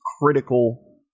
critical